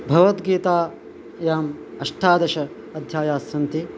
भवद्गीतायाम् अष्टादश अध्यायास्सन्ति